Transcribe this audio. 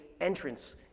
entrance